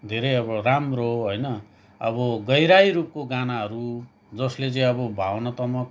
धेरै अब राम्रो होइन अब गहिराई रूपको गानाहरू जसले चाहिँ अब भावनात्मक